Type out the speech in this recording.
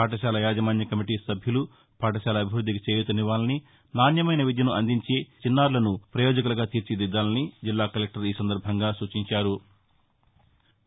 పాఠశాల యాజమాన్య కమిటీ సభ్యులు పాఠశాల అభివృద్దికి చేయూత ఇవ్వాలని నాణ్యమైన విద్యను అందించి చిన్నారులను ప్రయోజకులుగా తీర్చిదిద్దాలని జిల్లా కలెక్టర్ సూచించారు